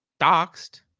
doxed